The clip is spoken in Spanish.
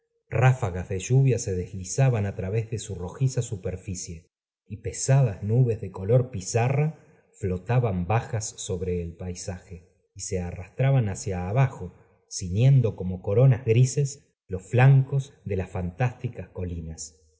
ráfagas de lluvia se deslizaban á i í través de su rojiza superficie y pesadas nubes de color pizarra flotaban bajas sobre el paisaje y se arrastraban hacia abajo ciñendo como coronas grises os flancos de las fantásticas colinas